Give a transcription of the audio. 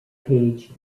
page